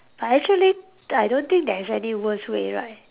I actually I don't think there's any worse way right